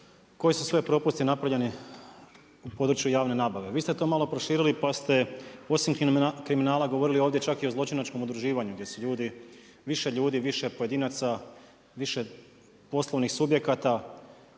koji su sve propusti napravljeni u području javne nabave. Vi ste to malo proširili, pa ste osim kriminala govorili ovdje čak i o zločinačkom udruživanju, gdje su ljudi, više ljudi, više pojedinaca, više poslovnih subjekata